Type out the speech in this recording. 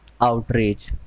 Outrage